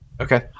Okay